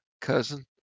cousin